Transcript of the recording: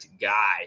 guy